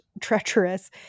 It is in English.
treacherous